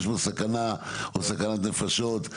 יש בו סכנה או סכנת נפשות.